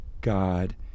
God